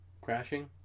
crashing